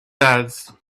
does